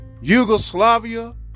Yugoslavia